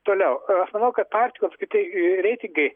toliau aš manau kad partijų apskritai reitingai